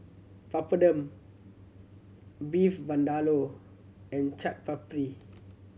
Papadum Beef Vindaloo and Chaat Papri